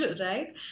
right